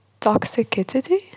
Toxicity